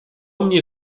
mnie